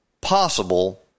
possible